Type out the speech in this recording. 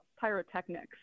pyrotechnics